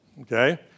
okay